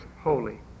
holy